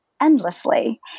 endlessly